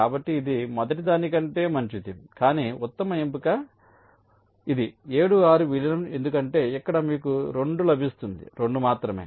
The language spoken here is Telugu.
కాబట్టి ఇది మొదటిదానికంటే మంచిది కానీ ఉత్తమ ఎంపిక ఇది 7 6 విలీనం ఎందుకంటే ఇక్కడ మీకు 2 లభిస్తుంది 2 మాత్రమే